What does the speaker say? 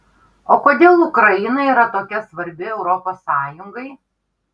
o kodėl ukraina yra tokia svarbi europos sąjungai